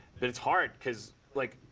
but it's hard. because, like,